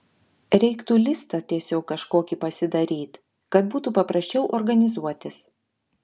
reiktų listą tiesiog kažkokį pasidaryt kad būtų paprasčiau organizuotis